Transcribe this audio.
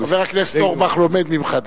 חבר הכנסת אורבך לומד ממך,